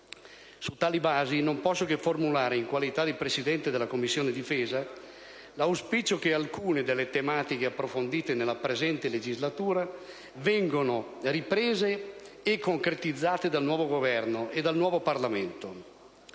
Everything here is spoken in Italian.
Su tali basi, non posso che formulare, in qualità di Presidente della Commissione difesa, l'auspicio che alcune delle tematiche approfondite nella presente legislatura vengano riprese e concretizzate dal nuovo Governo e dal nuovo Parlamento.